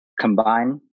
combine